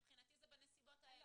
מבחינתי זה בנסיבות האלה.